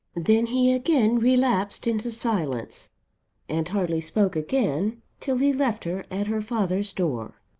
then he again relapsed into silence and hardly spoke again till he left her at her father's door.